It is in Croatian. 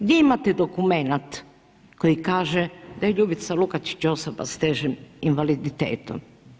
Gdje imat dokument koji kaže da je Ljubica Lukačić osoba sa težim invaliditetom?